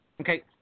Okay